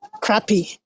crappy